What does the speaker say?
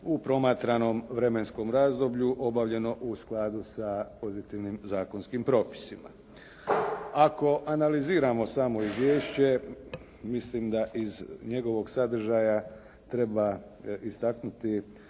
u promatranom vremenskom razdoblju obavljeno u skladu sa pozitivnim zakonskim propisima. Ako analiziramo samo izvješće, mislim da iz njegovog sadržaja treba istaknuti